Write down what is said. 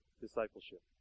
discipleship